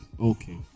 Okay